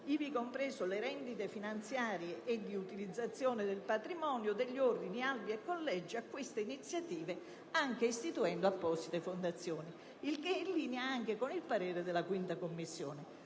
ivi comprese le rendite finanziarie e da utilizzazione del patrimonio, degli ordini, albi e collegi alle suddette iniziative, anche istituendo apposite fondazioni, il che è in linea anche con il parere della 5a Commissione.